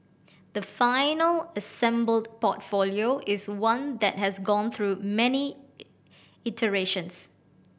the final assembled portfolio is one that has gone through many iterations